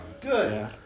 Good